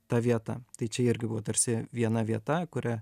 ta vieta tai čia irgi buvo tarsi viena vieta kuria